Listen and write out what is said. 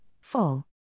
Fall